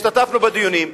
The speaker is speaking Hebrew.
השתתפנו בדיונים.